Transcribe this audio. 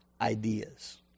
ideas